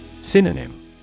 Synonym